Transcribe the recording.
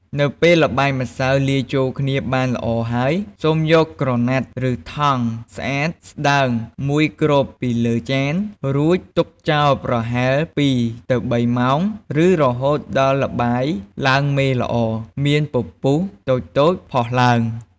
នៅពេលល្បាយម្សៅលាយចូលគ្នាបានល្អហើយ សូមយកក្រណាត់ ឬថង់ស្អាតស្តើងមួយគ្របពីលើចាន រួចទុកចោលប្រហែល ២ទៅ៣ ម៉ោង ឬរហូតដល់ល្បាយឡើងមេល្អ មានពពុះតូចៗផុសឡើង។